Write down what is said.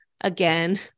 again